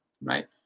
right